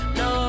no